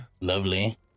Lovely